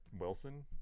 Wilson